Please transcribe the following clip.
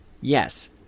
Yes